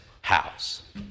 house